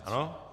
Ano?